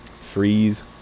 freeze